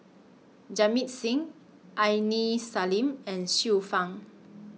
Jamit Singh Aini Salim and Xiu Fang